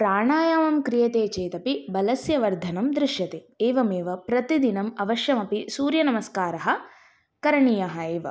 प्राणायामं क्रियते चेत् अपि बलस्य वर्धनं दृश्यते एवमेव प्रतिदिनम् अवश्यमपि सूर्यनमस्कारः करणीयः एव